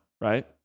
right